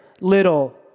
little